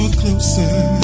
closer